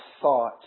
thought